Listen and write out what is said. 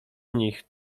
nich